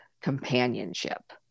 companionship